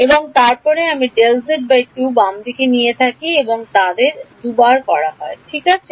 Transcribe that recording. এবং তারপরে আমি Δz 2 দিয়ে বামে থাকি এবং এটি তাদের 2 বার হয় ঠিক আছে